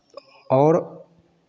और